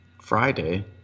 Friday